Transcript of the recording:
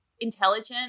intelligent